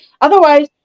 otherwise